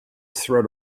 threat